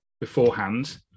beforehand